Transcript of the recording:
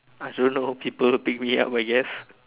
I don't know people pick me up I guess